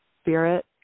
spirit